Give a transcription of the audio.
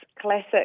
classic